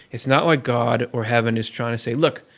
it's not like god or heaven is trying to say, look,